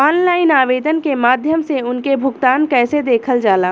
Online आवेदन के माध्यम से उनके भुगतान कैसे देखल जाला?